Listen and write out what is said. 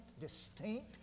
distinct